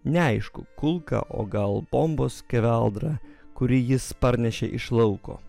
neaišku kulka o gal bombos skeveldra kurį jis parnešė iš lauko